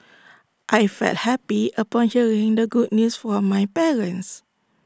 I felt happy upon hearing the good news from my parents